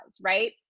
right